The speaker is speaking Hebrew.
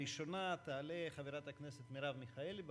ראשונה תעלה חברת הכנסת מרב מיכאלי.